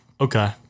Okay